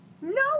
No